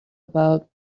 about